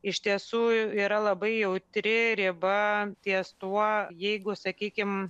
iš tiesų yra labai jautri riba ties tuo jeigu sakykim